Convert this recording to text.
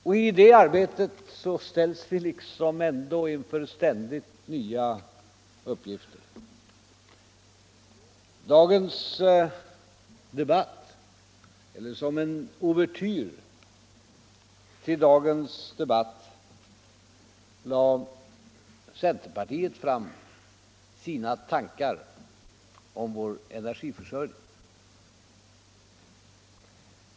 Och i det arbetet ställs vi ändå inför ständigt nya uppgifter. Som en ouvertyr till dagens debatt lade centerpartiet fram sina tankar om vår energiförsörjning.